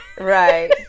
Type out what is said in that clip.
Right